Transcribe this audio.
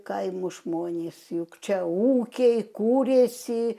kaimo žmonės juk čia ūkiai kūrėsi